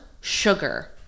sugar